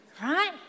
right